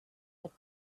had